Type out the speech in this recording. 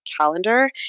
calendar